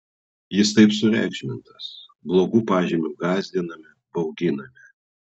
jis taip sureikšmintas blogu pažymiu gąsdiname bauginame